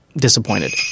disappointed